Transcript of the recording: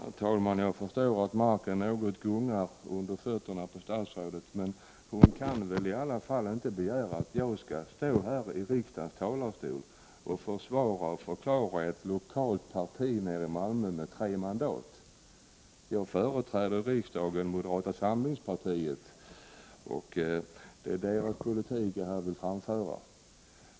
Herr talman! Jag förstår att marken något gungar under fötterna på statsrådet, men hon kan väl ändå inte begära att jag här från riksdagens talarstol skall förklara och försvara den politik som förs av ett lokalt parti i Malmö med tre mandat. Jag företräder i riksdagen moderata samlingspartiet, och det är dess politik jag här vill föra fram.